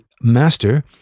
master